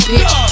Bitch